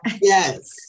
Yes